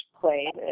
played